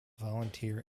volunteer